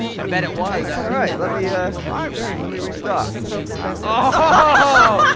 i bet it was! alright, let me, ah let me restart oh